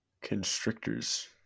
constrictors